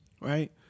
right